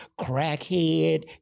crackhead